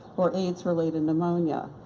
or aids-related pneumonia.